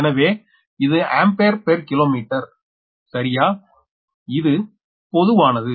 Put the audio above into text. எனவே இது ampere per kilometre சரியா இது பொதுவானது